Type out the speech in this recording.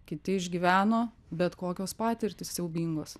kiti išgyveno bet kokios patirtys siaubingos